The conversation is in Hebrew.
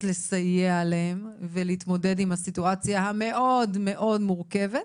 לסייע להם ולהתמודד עם הסיטואציה המאוד מאוד מורכבת,